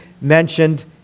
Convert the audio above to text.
mentioned